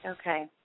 Okay